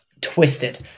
Twisted